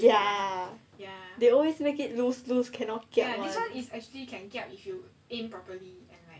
ya they always make it lose lose cannot kiap [one]